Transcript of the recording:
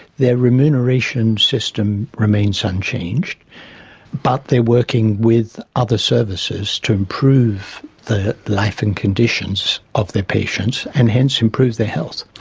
their remuneration system remains unchanged but they're working with other services to improve the life and conditions of their patients and hence improve their health.